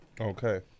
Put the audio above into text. Okay